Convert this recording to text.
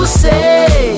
say